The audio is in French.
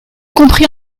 compris